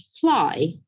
fly